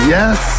Yes